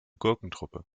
gurkentruppe